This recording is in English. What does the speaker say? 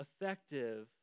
effective